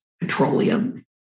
petroleum